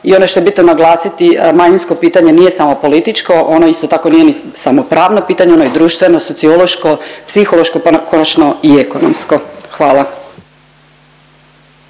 i ono što je bitno naglasiti, manjinsko pitanje nije samo političko, ono isto tako nije ni samo pravno pitanje, ono je društveno, sociološko, psihološko, pa konačno i ekonomsko, hvala.